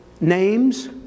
names